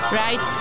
right